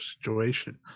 situation